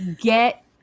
Get